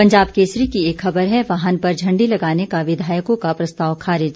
पंजाब केसरी की एक खबर है वाहन पर झंडी लगाने का विधायकों का प्रस्ताव खारिज